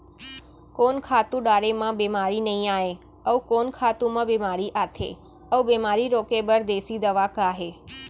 कोन खातू डारे म बेमारी नई आये, अऊ कोन खातू म बेमारी आथे अऊ बेमारी रोके बर देसी दवा का हे?